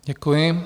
Děkuji.